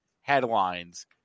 headlines